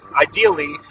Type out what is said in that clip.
Ideally